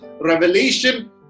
Revelation